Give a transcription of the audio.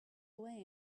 away